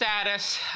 status